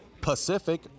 Pacific